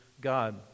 God